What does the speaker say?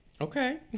Okay